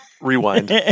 Rewind